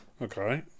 Okay